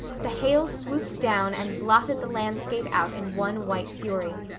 the hail swooped down and blotted the landscape out in one white fury.